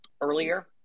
earlier